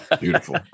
Beautiful